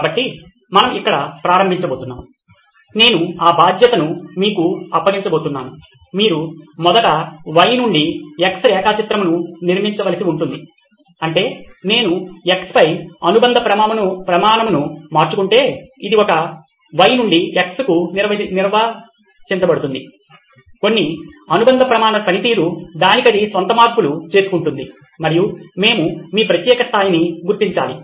కాబట్టి మనము ఇక్కడ ప్రారంభించబోతున్నాం నేను ఆ బాధ్యతను మీకు అప్పగించబోతున్నాను మీరు మొదట Y నుండి X రేఖా చిత్రంను నిర్మించవలసి ఉంటుంది అంటే నేను X పై అనుబంధ ప్రమాణముని మార్చుకుంటే ఇది ఒక Y నుండి X కు నిర్వచించబడింది కొన్ని అనుబంధ ప్రమాణ పనితీరు దానికది స్వంత మార్పులు చేసుకుంటుంది మరియు మేము మీ ప్రత్యేక స్థాయిని గుర్తించాలి